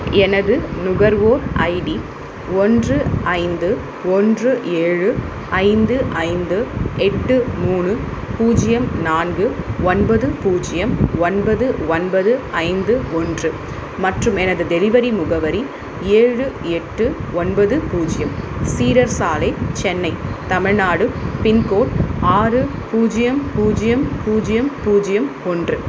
எனது நுகர்வோர் ஐடி ஒன்று ஐந்து ஒன்று ஏழு ஐந்து ஐந்து எட்டு மூணு பூஜ்ஜியம் நான்கு ஒன்பது பூஜ்ஜியம் ஒன்பது ஒன்பது ஐந்து ஒன்று மற்றும் எனது டெலிவரி முகவரி ஏழு எட்டு ஒன்பது பூஜ்ஜியம் சீடர் சாலை சென்னை தமிழ்நாடு பின்கோட் ஆறு பூஜ்ஜியம் பூஜ்ஜியம் பூஜ்ஜியம் பூஜ்ஜியம் ஒன்று